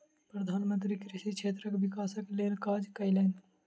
प्रधान मंत्री कृषि क्षेत्रक विकासक लेल काज कयलैन